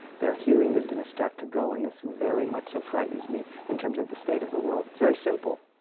their hearing is going to start to go. and this very much so frightens me, in terms of the state of the world. it's very simple.